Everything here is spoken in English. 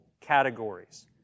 categories